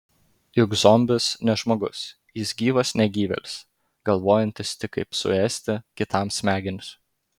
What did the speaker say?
juk zombis ne žmogus jis gyvas negyvėlis galvojantis tik kaip suėsti kitam smegenis